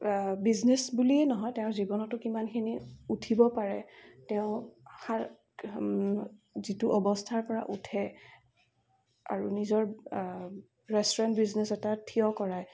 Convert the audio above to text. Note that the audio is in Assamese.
বিজনেচ বুলিয়ে নহয় তেওঁ জীৱনতো কিমানখিনি উঠিব পাৰে তেওঁ যিটো অৱস্থাৰ পৰা উঠে আৰু নিজৰ ৰেষ্টুৰেণ্ট বিজনেচ এটা থিয় কৰায়